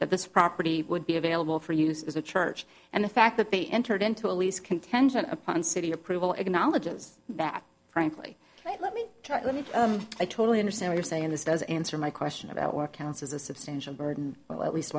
that this property would be available for use as a church and the fact that they entered into a lease contention upon city approval acknowledges that frankly let me try let me i totally understand you're saying this does answer my question about where counts as a substantial burden well at least